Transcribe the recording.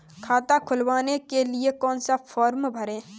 खाता खुलवाने के लिए कौन सा फॉर्म भरें?